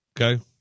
Okay